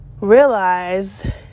realize